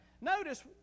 Notice